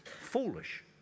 foolish